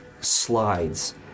Slides